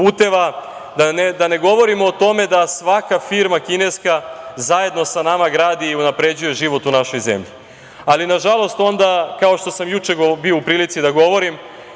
puteva, da ne govorimo o tome da svaka kineska firma zajedno sa nama gradi i unapređuje život u našoj zemlji. Ali, nažalost, kao što sam juče bio u prilici da govorim,